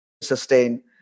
sustain